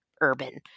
urban